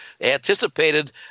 anticipated